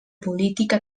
política